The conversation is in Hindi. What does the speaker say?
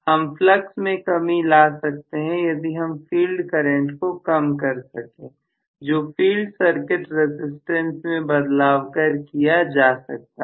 हम फ्लक्स में कमी ला सकते हैं यदि हम फील्ड करंट को कम कर सके जो फील्ड सर्किट रसिस्टेंस में बदलाव कर किया जा सकता है